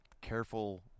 careful